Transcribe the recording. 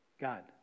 God